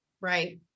right